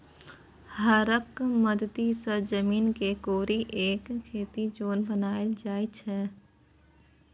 हरक मदति सँ जमीन केँ कोरि कए खेती जोग बनाएल जाइ छै